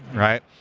right?